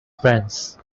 prince